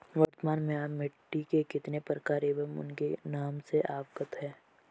वर्तमान में आप मिट्टी के कितने प्रकारों एवं उनके नाम से अवगत हैं?